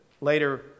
Later